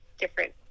different